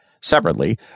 Separately